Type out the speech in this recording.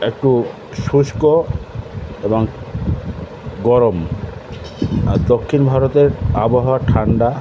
একটু শুষ্ক এবং গরম আর দক্ষিণ ভারতের আবহাওয়া ঠান্ডা